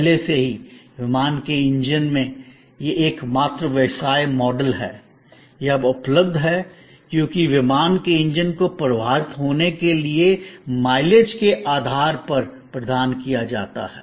पहले से ही विमान के इंजन में यह एकमात्र व्यवसाय मॉडल है यह अब उपलब्ध है क्योंकि विमान के इंजन को प्रवाहित होने के लिए माइलेज के आधार पर प्रदान किया जाता है